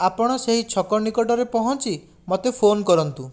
ଆପଣ ସେଇ ଛକ ନିକଟରେ ପହଁଞ୍ଚି ମୋତେ ଫୋନ କରନ୍ତୁ